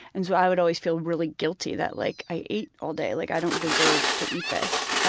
and so i would always feel really guilty that like i ate all day, like i don't deserve to eat this.